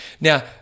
Now